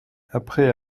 après